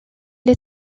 les